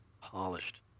polished